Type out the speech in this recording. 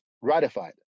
ratified